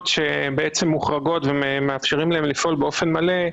שבעצם מוחרגות ומאפשרים להן לפעול באופן מלא,